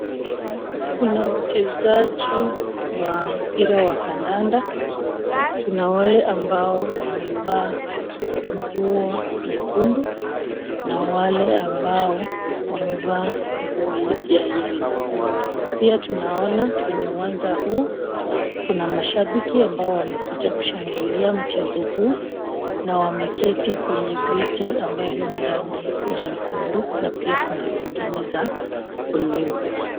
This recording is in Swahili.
Kuna wachezaji wa mpira wa kandanda. Kuna wale ambao wamevaa nguo nyekundu na wale ambao wamevaa nguo ya yellow . Pia tunaona kwenye uwanja huu kuna mashibiki ambao wamekuja kushangilia mchezo huu na wameketi kwenye viti ambavyo ni rangi ya nyekundu na pia kuna zingine za bluu.